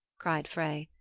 cried frey.